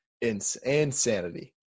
Insanity